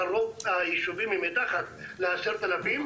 אבל רוב היישובים הם מתחת למספר הזה.